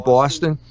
Boston